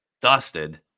dusted